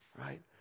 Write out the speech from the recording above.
right